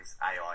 AI